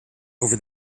over